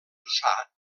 jussà